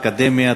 אקדמיה,